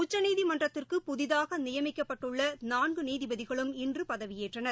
உச்சநீதிமன்றத்திற்கு புதிதாக நியமிக்கப்பட்டுள்ள நான்கு நீதிபதிகளும் இன்று பதவியேற்றனர்